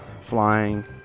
flying